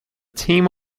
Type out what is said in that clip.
team